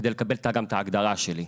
גם כדי לקבל את ההגדרה שלי.